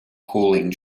cooling